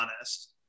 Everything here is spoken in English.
honest